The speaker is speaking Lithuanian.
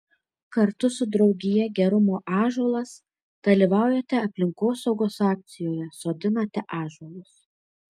kartu su draugija gerumo ąžuolas dalyvaujate aplinkosaugos akcijoje sodinate ąžuolus